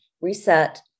reset